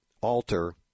alter